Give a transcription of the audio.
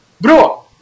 Bro